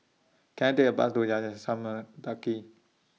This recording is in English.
Can I Take A Bus to Yayasan Mendaki